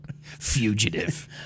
Fugitive